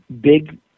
big